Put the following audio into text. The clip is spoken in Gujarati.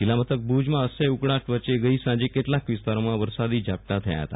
જીલ્લા મથક ભુજમાં અસહ્ય ઉકળાટ વચ્ચે ગઈ સાંજે કેટલાક વિસ્તારોમાં વરસાદી જાપટા થયા હતા